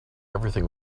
everything